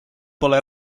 pole